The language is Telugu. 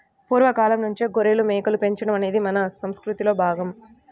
పూర్వ కాలంనుంచే గొర్రెలు, మేకలు పెంచడం అనేది మన సంసృతిలో భాగం